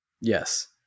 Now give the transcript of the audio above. Yes